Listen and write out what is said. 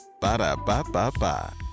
Ba-da-ba-ba-ba